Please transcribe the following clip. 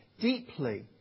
deeply